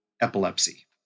epilepsy